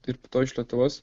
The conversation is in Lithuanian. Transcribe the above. ir po to iš lietuvos